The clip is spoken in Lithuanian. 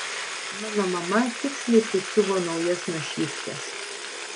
mano mama tiksliai prisiuvo naujas našyvkes